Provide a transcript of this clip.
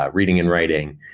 ah reading and writing.